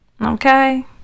Okay